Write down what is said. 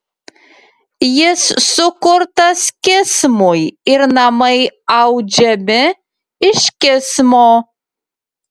jis sukurtas kismui ir namai audžiami iš kismo